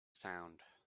sound